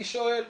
אני שואל,